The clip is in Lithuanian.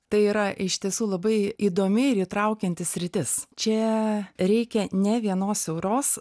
tai yra iš tiesų labai įdomi ir įtraukianti sritis čia reikia ne vienos siauros